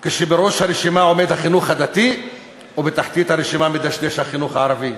כשבראש הרשימה עומד החינוך הדתי ובתחתית הרשימה מדשדש החינוך הערבי.